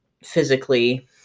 physically